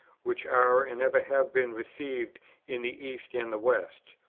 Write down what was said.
which are and ever have been received in the east and the west.